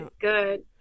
good